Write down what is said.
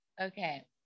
Okay